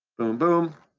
boom, boom.